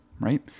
right